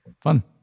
Fun